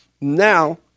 Now